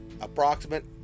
Approximate